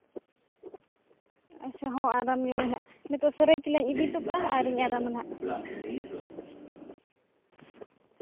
ᱟᱪᱪᱷᱟ ᱦᱚᱸ ᱟᱨᱟᱢ ᱧᱚᱜᱟᱹᱧ ᱦᱟᱸᱜ ᱱᱤᱛᱳᱜ ᱥᱟᱹᱨᱟᱹᱭᱠᱮᱞᱟᱧ ᱤᱫᱤ ᱦᱚᱴᱚ ᱠᱟᱜᱼᱟ ᱟᱨᱤᱧ ᱟᱨᱟᱢᱟ ᱱᱟᱜ